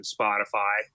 Spotify